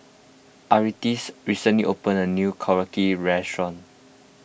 Artis recently opened a new Korokke restaurant